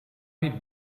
niet